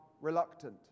reluctant